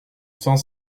cent